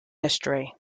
history